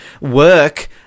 work